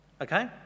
Okay